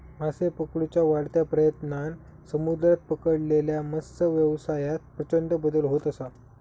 मासे पकडुच्या वाढत्या प्रयत्नांन समुद्रात पकडलेल्या मत्सव्यवसायात प्रचंड बदल होत असा